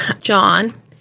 John